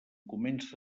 comença